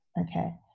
okay